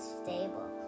stable